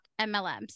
MLMs